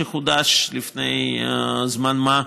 שחודש לפני זמן מה,